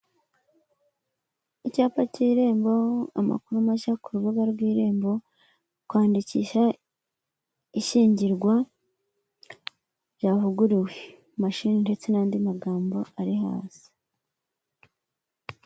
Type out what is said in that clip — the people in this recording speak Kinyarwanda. Icyapa cy'irembo amakuru mashya ku rubuga rw'irembo, kwandikisha ishyingirwa ryavuguruwe, mashine ndetse n'andi magambo ari hasi.